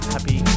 Happy